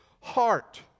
heart